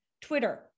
Twitter